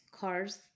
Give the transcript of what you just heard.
cars